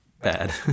bad